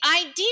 idea